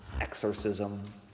exorcism